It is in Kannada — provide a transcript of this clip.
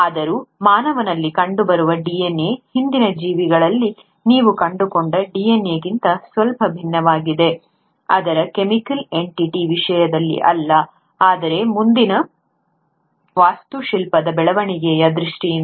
ಆದರೂ ಮಾನವರಲ್ಲಿ ಕಂಡುಬರುವ DNA ಹಿಂದಿನ ಜೀವಿಗಳಲ್ಲಿ ನೀವು ಕಂಡುಕೊಂಡ DNA ಗಿಂತ ಸ್ವಲ್ಪ ಭಿನ್ನವಾಗಿದೆ ಅದರ ಕೆಮಿಕಲ್ ಎಂಟಿಟಿ ವಿಷಯದಲ್ಲಿ ಅಲ್ಲ ಆದರೆ ಮುಂದಿನ ವಾಸ್ತುಶಿಲ್ಪದ ಬೆಳವಣಿಗೆಯ ದೃಷ್ಟಿಯಿಂದ